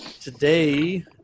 today